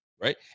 right